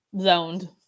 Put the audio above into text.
zoned